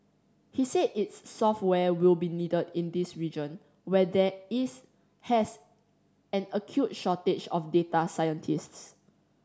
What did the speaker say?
he said its software will be needed in this region where there is has an acute shortage of data scientists